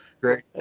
Great